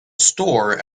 store